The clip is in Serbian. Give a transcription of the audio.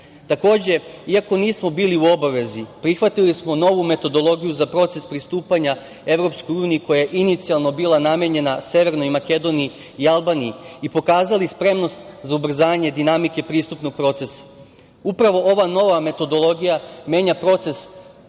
iako nismo bili u obavezi, prihvatili smo novu metodologiju za proces pristupanja EU, koja je inicijalno bila namenjena Severnoj Makedoniji i Albaniji i pokazali spremnost za ubrzavanje dinamike pristupnog procesa. Upravo ova nova metodologija menja proces evropskih